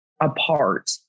Apart